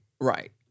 Right